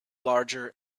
larger